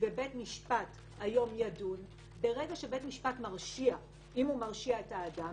ובית משפט היום ידון ברגע שבית משפט מרשיע את האדם